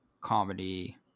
comedy